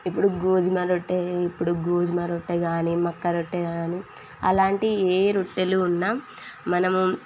ఇప్పుడు గోధుమ రొట్టె ఇప్పుడు గోధుమ రొట్టె కానీ మక్క రొట్టె కానీ అలాంటి ఏ రొట్టెలు ఉన్నా మనము